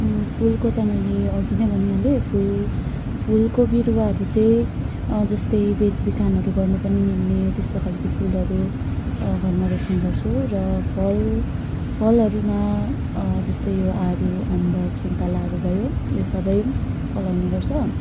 फुलको त मैले अघि नै भनिहालेँ फुल फुलको बिरुवाहरू चाहिँ जस्तै बेच बिखनहरू गर्नुपर्ने पनि मिल्ने त्यस्तो खाले फुलहरू घरमा रोप्ने गर्छु र फल फलहरूमा जस्तै यो आरू अम्बक सुन्तलाहरू भयो यो सबै फलाउने गर्छ